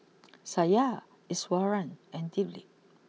Satya Iswaran and Dilip